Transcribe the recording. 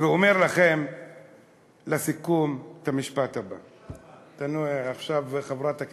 ואומר לכם לסיכום את המשפט הבא, עוד חצי שעה.